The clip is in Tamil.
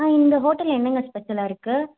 ம் இந்த ஹோட்டலில் என்னங்க ஸ்பெஷல்லாயிருக்கு